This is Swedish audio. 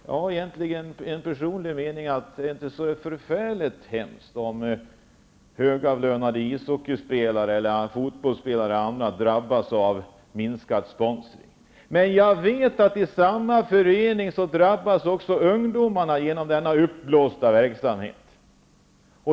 Jag har egentligen en personlig mening att det inte är så förfärligt hemskt om högavlönade ishockeyspelare eller fotbollsspelare drabbas av minskad sponsring. Men jag vet att också ungdomarna i samma förening drabbas genom denna uppblåsta verksamhet.